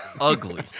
ugly